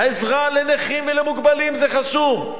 עזרה לנכים ולמוגבלים זה חשוב.